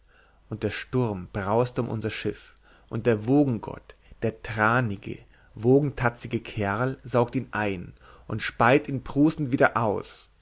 und der sturm brauste um unser schiff und der wogengott der tranige wogentatzige kerl saugt ihn ein und speit ihn prustend wieder aus